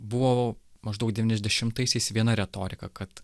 buvo maždaug devyniasdešimtaisiais viena retorika kad